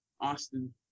Austin